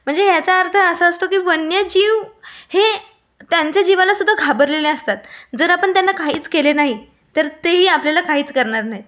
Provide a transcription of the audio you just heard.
म्हणजे ह्याचा अर्थ असा असतो की वन्यजीव हे त्यांच्या जीवालासुद्धा घाबरलेले असतात जर आपण त्यांना काहीच केले नाही तर तेही आपल्याला काहीच करणार नाही